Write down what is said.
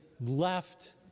left